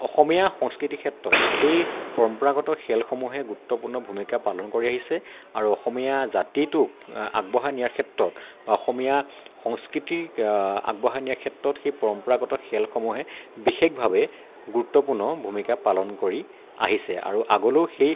অসমীয়া সংস্কৃতিৰ ক্ষেত্ৰত সেই পৰম্পৰাগত খেলসমূহে গুৰুত্বপূৰ্ণ ভূমিকা পালন কৰি আহিছে আৰু অসমীয়া জাতিটোক আগবঢ়াই নিয়াৰ ক্ষেত্ৰত বা অসমীয়া সংস্কৃতিক আগবঢ়াই নিয়াৰ ক্ষেত্ৰত সেই পৰম্পৰাগত খেলসমূহে বিশেষভাৱে গুৰুত্বপূৰ্ণ ভূমিকা পালন কৰি আহিছে আৰু আগলৈও সেই